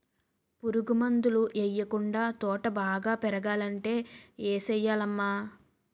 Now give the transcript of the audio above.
పురుగు మందులు యెయ్యకుండా తోట బాగా పెరగాలంటే ఏ సెయ్యాలమ్మా